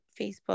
Facebook